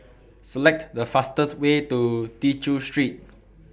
Select The fastest Way to Tew Chew Street